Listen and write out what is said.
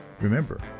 Remember